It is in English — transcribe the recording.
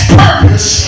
purpose